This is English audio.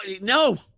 No